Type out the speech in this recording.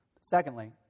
Secondly